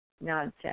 Nonsense